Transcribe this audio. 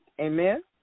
Amen